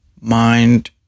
mind